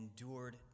endured